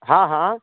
हँ हँ